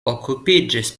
okupiĝis